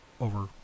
over